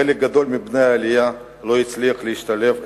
חלק גדול מבני העלייה לא הצליחו להשתלב,